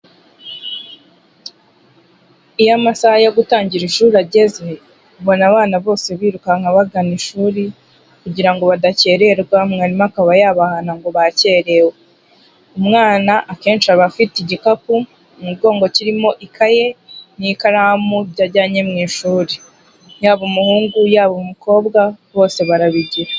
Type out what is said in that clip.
Iyo amasaha yo gutangira ishuri ageze, ubona abana bose birukanka bagana ishuri, kugira ngo badakererwa mwarimu akaba yabahana ngo bakerewe, umwana akenshi aba afite igikapu mugongo kirimo ikaye n'ikaramu byo ajyanye mu ishuri, yaba umuhungu, yaba umukobwa bose barabigira.